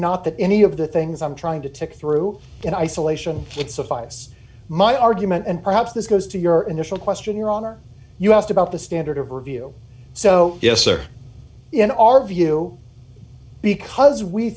not that any of the things i'm trying to tick through in isolation it suffice my argument and perhaps this goes to your initial question your honor you asked about the standard of review so yes or in our view because we